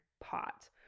pot